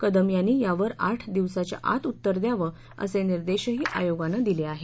कदम यांनी यावर आठ दिवसाच्या आत उत्तर द्यांव असे निर्देशही आयोगानं दिले आहेत